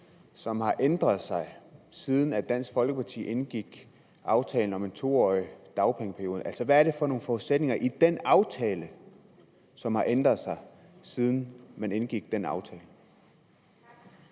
som har ændret sig, siden Dansk Folkeparti indgik aftalen om en 2-årig dagpengeperiode? Hvad er det for nogle forudsætninger i den aftale, som har ændret sig, siden man indgik den?